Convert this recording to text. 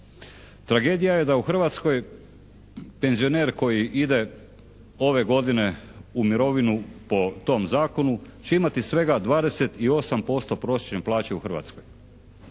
Tragedija je da u Hrvatskoj penzioner koji ide ove godine u mirovinu po tom zakonu će imati svega 28% prosječne plaće u Hrvatskoj.